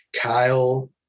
Kyle